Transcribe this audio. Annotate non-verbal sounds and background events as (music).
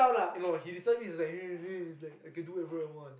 eh no he disturb me is like (noise) then he's like I can do whatever I want